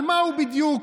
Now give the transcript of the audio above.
אנטישמי.